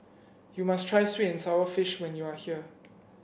you must try sweet and sour fish when you are here